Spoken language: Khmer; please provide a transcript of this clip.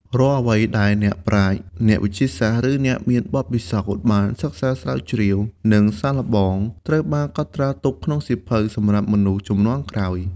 រាល់អ្វីដែលអ្នកប្រាជ្ញ អ្នកវិទ្យាសាស្ត្រ ឬអ្នកមានបទពិសោធន៍បានសិក្សាស្រាវជ្រាវ និងសាកល្បង ត្រូវបានកត់ត្រាទុកក្នុងសៀវភៅសម្រាប់មនុស្សជំនាន់ក្រោយ។